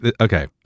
okay